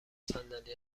صندلی